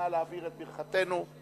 נא להעביר את ברכתנו.